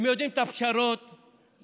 הם יודעים על הפשרות לדתיים,